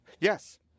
yes